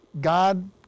God